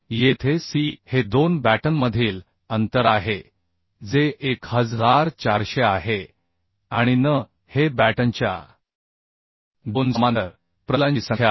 येथे c हे दोन बॅटनमधील अंतर आहे जे 1400 आहे आणि n हे बॅटनच्या दोन समांतर प्रतलांची संख्या आहे